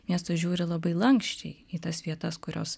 miestas žiūri labai lanksčiai į tas vietas kurios